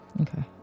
Okay